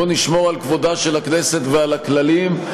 בואו נשמור על כבודה של הכנסת ועל הכללים.